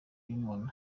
y’umuntu